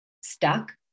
stuck